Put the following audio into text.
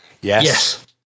Yes